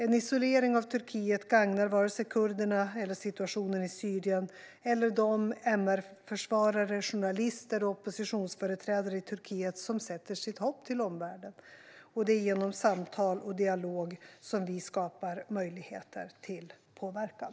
En isolering av Turkiet gagnar inte vare sig kurderna, situationen i Syrien eller de MR-försvarare, journalister och oppositionsföreträdare i Turkiet som sätter sitt hopp till omvärlden. Det är genom samtal och dialog som vi skapar möjligheter till påverkan.